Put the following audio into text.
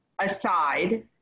aside